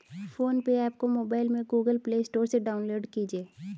phone पे app को mobile में गूगल प्ले स्टोर से डाउनलोड कीजिए